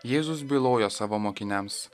jėzus bylojo savo mokiniams